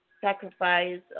sacrifice